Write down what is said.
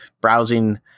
browsing